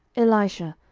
elisha,